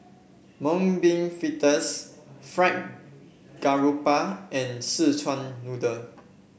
Mung Bean Fritters Fried Garoupa and Szechuan Noodle